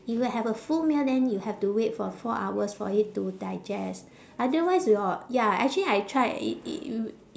you will have a full meal then you have to wait for four hours for it to digest otherwise your ya actually I tried i~ i~ y~